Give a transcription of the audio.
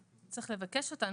צריך לבקש אותן.